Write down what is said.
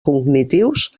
cognitius